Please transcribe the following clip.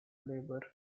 labor